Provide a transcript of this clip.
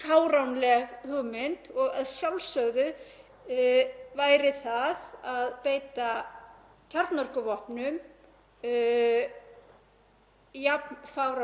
jafn fáránleg ef ekki fáránlegri hugmynd. Slíkur er eyðingarmáttur þeirra vopna.